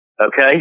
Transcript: Okay